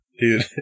Dude